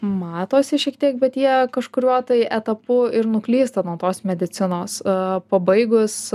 matosi šiek tiek bet jie kažkuriuo tai etapu ir nuklysta nuo tos medicinos a pabaigus